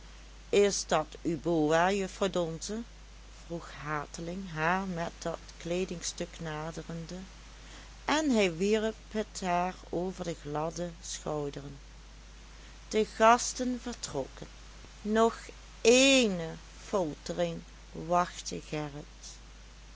is dat uw boa juffrouw donze vroeg hateling haar met dat kleedingstuk naderende en hij wierp het haar over de gladde schouderen de gasten vertrokken nog ééne folteering wachtte gerrit